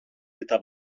eta